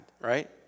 right